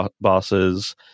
bosses